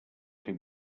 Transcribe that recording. fer